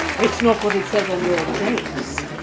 it's not what it says on your base.